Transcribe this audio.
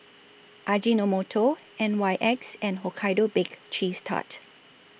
Ajinomoto N Y X and Hokkaido Baked Cheese Tart